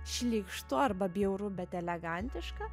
šlykštu arba bjauru bet elegantiška